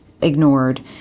ignored